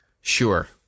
Sure